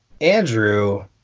Andrew